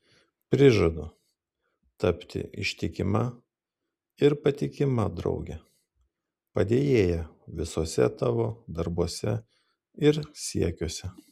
prižadu tapti ištikima ir patikima drauge padėjėja visuose tavo darbuose ir siekiuose